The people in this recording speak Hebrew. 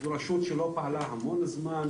זו רשות שלא פעלה המון זמן,